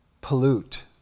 pollute